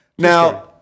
Now